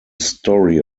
story